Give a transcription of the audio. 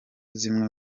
zimwe